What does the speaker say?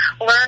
learn